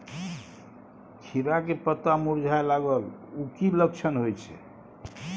खीरा के पत्ता मुरझाय लागल उ कि लक्षण होय छै?